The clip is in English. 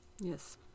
Yes